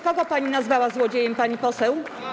Kogo pani nazwała złodziejem, pani poseł?